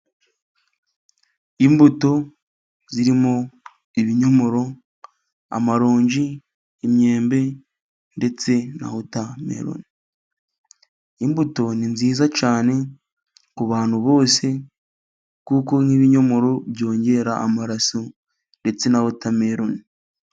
Imbuto zirimo ibinyomoro, amaronji, imyembe ndetse na wotameloni. Imbuto ni nziza cyane kubantu bose kuko nk'ibinyomoro byongera amaraso ndetse na wotameloni.